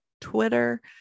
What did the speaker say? Twitter